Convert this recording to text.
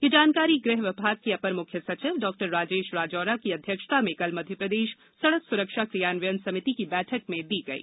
यह जानकारी ग़ह विभाग के अपर म्ख्य सचिव डॉ राजेश राजौरा की अध्यक्षता में कल मध्यप्रदेश सड़क स्रक्षा क्रियान्वयन समिति की बैठक में दी गई